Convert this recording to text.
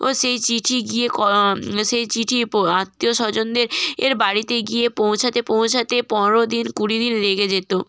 ও সেই চিঠি গিয়ে সেই চিঠি প আত্মীয়স্বজনদের এর বাড়িতে গিয়ে পৌঁছাতে পৌঁছাতে পনেরো দিন কুড়ি দিন লেগে যেতো